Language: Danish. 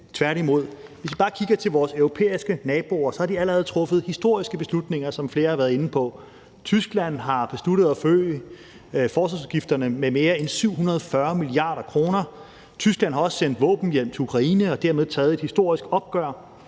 tværtimod. Hvis vi bare kigger på vores europæiske naboer, har de allerede, som flere har været inde på, truffet historiske beslutninger. Tyskland har besluttet at forøge forsvarsudgifterne med mere end 740 mia. kr. Tyskland har også sendt våbenhjælp til Ukraine og dermed taget et historisk opgør